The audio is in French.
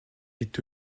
est